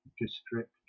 District